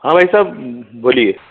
हाँ भाई साहब बोलिए